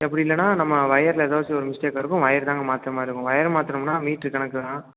அப்படி இல்லைனா நம்ம ஒயரில் ஏதாச்சும் ஒரு மிஸ்டேக்காக இருக்கும் ஒயர் தாங்க மாற்றுற மாதிரி இருக்கும் ஒயரு மாற்றணும்னா மீட்ரு கணக்கு தான்